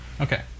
Okay